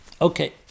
Okay